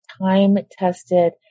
time-tested